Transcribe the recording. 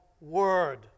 word